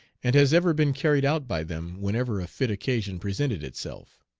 and has ever been carried out by them whenever a fit occasion presented itself.